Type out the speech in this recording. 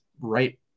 right